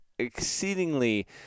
Exceedingly